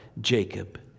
Jacob